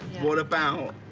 what about